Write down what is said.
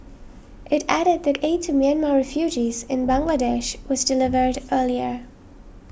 it added that aid to Myanmar refugees in Bangladesh was delivered earlier